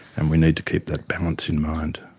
and we need to keep that balance in mind.